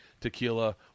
tequila